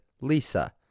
Lisa